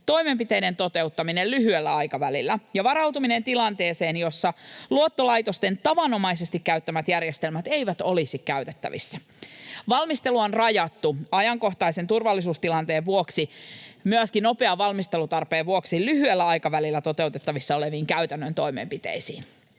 toimenpiteiden toteuttaminen lyhyellä aikavälillä ja varautuminen tilanteeseen, jossa luottolaitosten tavanomaisesti käyttämät järjestelmät eivät olisi käytettävissä. Valmistelu on rajattu ajankohtaisen turvallisuustilanteen vuoksi ja myöskin nopean valmistelutarpeen vuoksi lyhyellä aikavälillä toteutettavissa oleviin käytännön toimenpiteisiin.